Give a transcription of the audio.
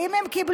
האם הם קיבלו?